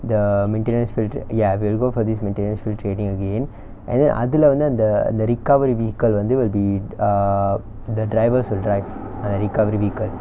the maintenance for th~ ya we'll go for this maintenance crew training again and then அதுலவந்து அந்த:athulavanthu antha the recovery vehicle வந்து:vanthu will be err the drivers will drive ah recovery vehicle